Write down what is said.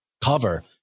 cover